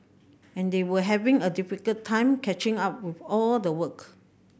and they were having a difficult time catching up with all the work